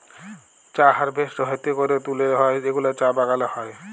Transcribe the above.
চা হারভেস্ট হ্যাতে ক্যরে তুলে হ্যয় যেগুলা চা বাগালে হ্য়য়